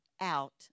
out